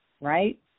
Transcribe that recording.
right